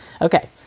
Okay